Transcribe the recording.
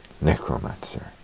Necromancer